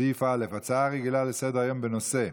סעיף א' הצעה לסדר-היום בנושא: